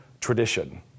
tradition